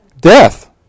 death